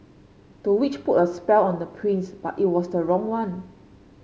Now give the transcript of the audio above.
the witch put a spell on the prince but it was the wrong one